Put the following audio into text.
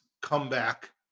comeback